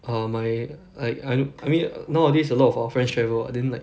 um my like I I mean nowadays a lot of our friends travel [what] then like